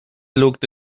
looked